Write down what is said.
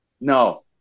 No